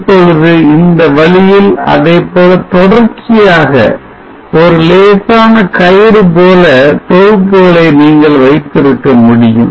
இப்பொழுது இந்த வழியில் அதைப்போல தொடர்ச்சியாக ஒரு லேசான கயிறு போல தொகுப்புகளை நீங்கள் வைத்திருக்க முடியும்